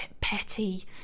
petty